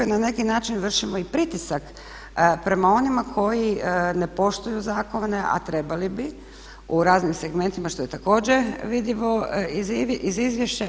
Na neki način vršimo i pritisak prema onima koji ne poštuju zakone a trebali bi u raznim segmentima što je vidljivo iz izvješća.